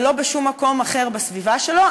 ולא בשום מקום אחר בסביבה שלו,